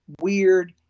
weird